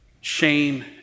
shame